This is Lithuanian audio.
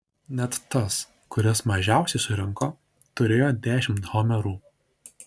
net tas kuris mažiausiai surinko turėjo dešimt homerų